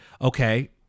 okay